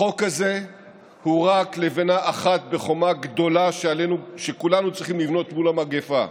החוק הזה הוא רק לבנה אחת בחומה גדולה שכולנו צריכים לבנות מול המגפה.